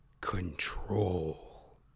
control